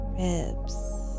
ribs